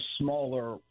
smaller